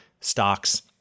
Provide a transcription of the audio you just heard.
stocks